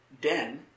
den